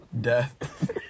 Death